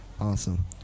Awesome